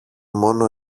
μόνο